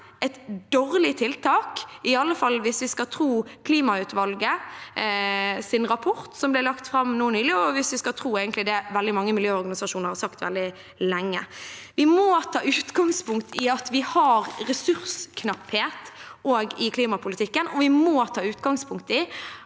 et dårlig tiltak, i alle fall hvis vi skal tro klimautvalgets rapport som ble lagt fram nå nylig, og egentlig også hvis vi skal tro det veldig mange miljøorganisasjoner har sagt veldig lenge. Vi må ta utgangspunkt i at vi har ressursknapphet òg i klimapolitikken, og vi må ta utgangspunkt i at